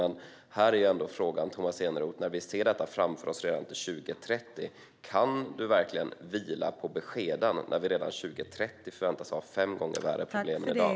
Men när vi ser detta framför oss redan till 2030 är ändå frågan, Tomas Eneroth: Kan du verkligen vila på beskeden när vi redan 2030 förväntas ha fem gånger värre problem än i dag?